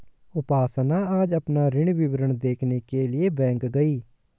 उपासना आज अपना ऋण विवरण देखने के लिए बैंक गई